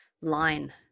line